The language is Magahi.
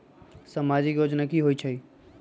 समाजिक योजना की होई छई?